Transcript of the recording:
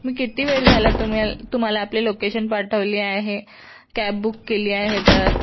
मी किती वेळ झाला तुमेल् तुम्हाला लोकेशन पाठवली आहे कॅब बुक केली आहे तर